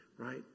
Right